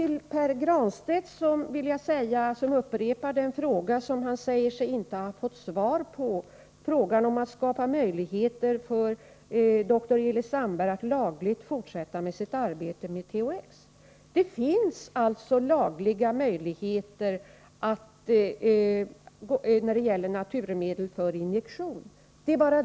Pär Granstedt upprepade en fråga, som han säger sig inte ha fått svar på, nämligen om skapande av möjligheter för dr Elis Sandberg att lagligt fortsätta sitt arbete med THX. Jag vill med anledning därav peka på att det ju finns lagliga möjligheter att använda naturmedel för injektion.